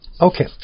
Okay